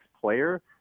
player